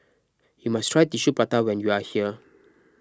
you must try Tissue Prata when you are here